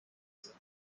zoom